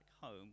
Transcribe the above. home